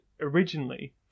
originally